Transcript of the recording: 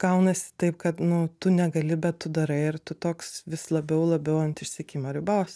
gaunasi taip kad nu tu negali bet tu darai ir tu toks vis labiau labiau ant išsekimo ribos